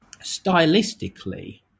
stylistically